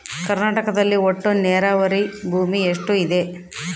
ಕರ್ನಾಟಕದಲ್ಲಿ ಒಟ್ಟು ನೇರಾವರಿ ಭೂಮಿ ಎಷ್ಟು ಇದೆ?